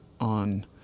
on